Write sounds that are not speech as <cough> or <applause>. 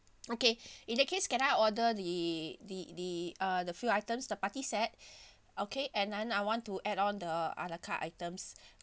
okay <breath> in that case can I order the the the uh the few items the party set <breath> okay and then I want to add on the a la carte items <breath>